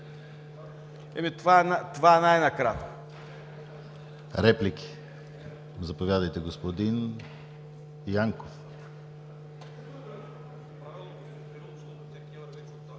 Това е най-накратко.